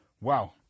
Wow